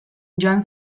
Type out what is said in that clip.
joan